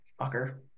fucker